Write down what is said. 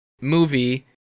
movie